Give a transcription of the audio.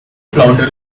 flounder